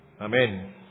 Amen